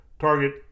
target